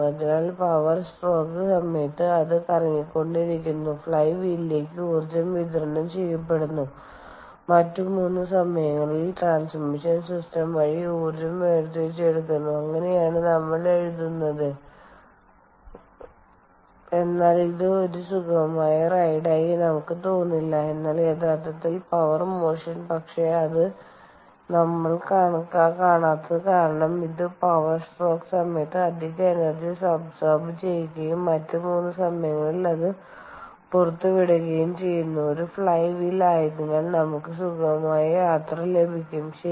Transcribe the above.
അതിനാൽ power stroke സമയത്ത് അത് കറങ്ങിക്കൊണ്ടിരിക്കുന്ന ഫ്ലൈ വീലിലേക്ക് ഊർജം വിതരണം ചെയ്യപ്പെടുന്നു മറ്റ് മൂന്ന് സമയങ്ങളിൽ ട്രാൻസ്മിഷൻ സിസ്റ്റം വഴി ഊർജം വേർതിരിച്ചെടുക്കുന്നു അങ്ങനെയാണ് നമ്മൾ എഴുതുന്നത് എന്നാൽ ഇത് ഒരു സുഗമമായ റൈഡ് ആയി നമുക്ക് തോന്നില്ല എന്നാൽ യഥാർത്ഥത്തിൽ പവർ മോഷൻ പക്ഷേ അതാണ് നമ്മൾ കാണാത്തത് കാരണം ഇത് പവർ സ്ട്രോക്ക് സമയത്ത് അധിക എനർജി അബ്സോർബ് ചെയ്യുകയും മറ്റ് മൂന്ന് സമയങ്ങളിൽ അത് പുറത്തുവിടുകയും ചെയ്യുന്ന ഒരു ഫ്ലൈ വീൽ ആയതിനാൽ നമുക്ക് സുഗമമായ യാത്ര ലഭിക്കും ശരി